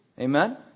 Amen